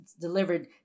delivered